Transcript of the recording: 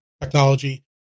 technology